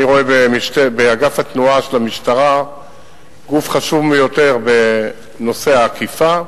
אני רואה באגף התנועה של המשטרה גוף חשוב ביותר בנושא האכיפה.